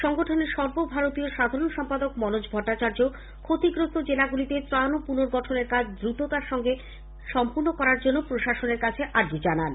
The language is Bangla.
সংগঠনের সর্ব ভারতীয় সাধারণ সম্পাদক মনোজ ভট্টাচার্য ক্ষতিগ্রস্ত জেলাগুলিতে ত্রাণ ও পুনর্গঠনের কাজ দ্রুততার সঙ্গে করার জন্য প্রশাসনের কাছে আর্জি জানিয়েছেন